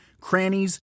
crannies